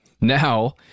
Now